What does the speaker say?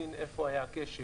להבין איפה היה הכשל.